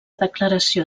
declaració